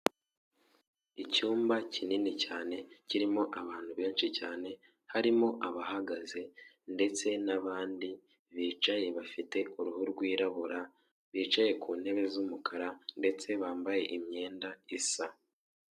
Icyumba kinini cyane kirimo abantu benshi cyane, harimo abahagaze ndetse n'abandi bicaye bafite uruhu rwirabura, bicaye ku ntebe z'umukara ndetse bambaye imyenda isa.